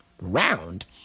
round